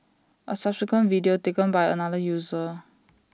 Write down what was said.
A subsequent video taken by another user